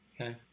okay